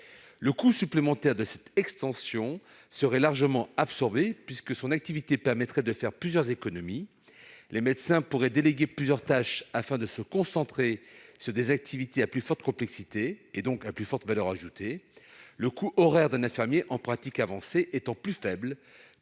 Le coût supplémentaire de cette extension serait largement absorbé, puisque son activité permettrait de faire plusieurs économies : les médecins pourraient déléguer plusieurs tâches afin de se concentrer sur des activités à plus forte complexité et donc à plus forte valeur ajoutée ; le coût horaire d'un infirmier en pratiques avancées (IPA) étant plus faible